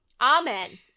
Amen